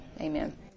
amen